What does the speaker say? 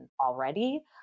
already